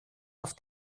auf